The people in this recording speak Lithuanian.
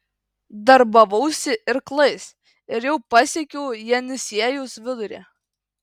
darbavausi irklais ir jau pasiekiau jenisiejaus vidurį